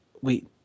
wait